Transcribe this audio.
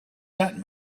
that